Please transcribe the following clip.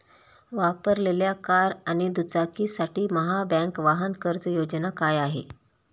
वापरलेल्या कार आणि दुचाकीसाठी महाबँक वाहन कर्ज योजना काय आहे?